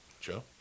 Joe